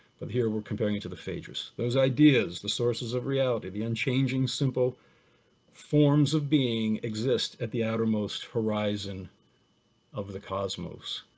but here we're comparing it to the phaedrus. those ideas, the sources of reality, the unchanging simple forms of being, exist at the outermost horizon of the cosmos.